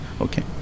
okay